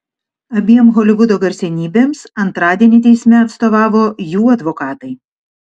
abiem holivudo garsenybėms antradienį teisme atstovavo jų advokatai